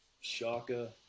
Shaka